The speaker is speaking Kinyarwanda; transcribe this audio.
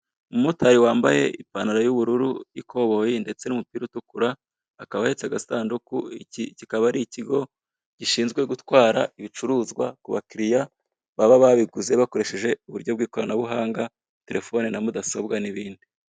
Umumotari wambaye ipantaro y'ubururu, y'ikoboyi, ndetse n'umupira utukura, akaba ahetse agasanduku, iki kikaba ari ikigo gishinzwe gutwara ibicuruzwa ku bakiriya baba babiguze bakoresheje uburyo bw'ikoranabuhanga, telefone na mudasobwa, n'ibindi.